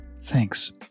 Thanks